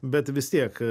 bet vis tiek